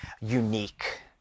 unique